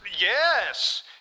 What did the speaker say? Yes